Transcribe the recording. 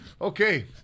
Okay